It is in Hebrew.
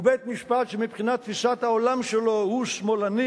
הוא בית-משפט שמבחינת תפיסת העולם שלו הוא שמאלני,